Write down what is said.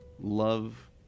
love